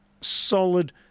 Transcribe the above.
solid